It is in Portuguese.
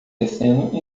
tecendo